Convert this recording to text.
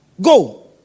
Go